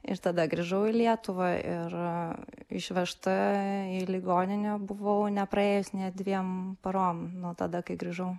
ir tada grįžau į lietuvą ir išvežta į ligoninę buvau nepraėjus nė dviem parom nuo tada kai grįžau